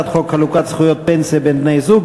הצעת חוק חלוקת זכויות פנסיה בין בני-זוג,